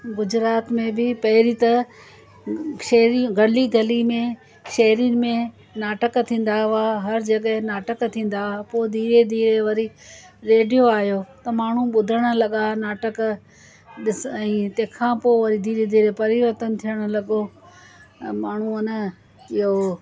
गुजरात में बि पहिरीं त शहरियूं गली गली में शहरनि में नाटक थींदा हुआ हर जॻह नाटक थींदा हुआ पोइ धीरे धीरे वरी रेडियो आहियो त माण्हू ॿुधणु लॻा नाटक ॾिसई तंहिंखां पोइ वरी धीरे धीरे परिवर्तन थियणु लॻो माण्हू अने इहो